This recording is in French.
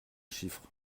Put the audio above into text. chiffres